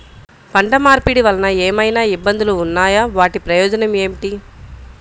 పంట మార్పిడి వలన ఏమయినా ఇబ్బందులు ఉన్నాయా వాటి ప్రయోజనం ఏంటి?